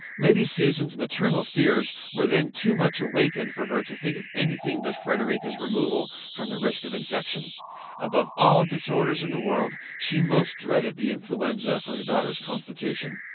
lady susan's maternal fears were then too much awakened for her to think of anything but frederica's removal from the risk of infection above all disorders in the world she most dreaded the influenza for her daughter's constitution!